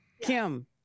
Kim